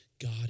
God